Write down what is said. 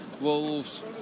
Wolves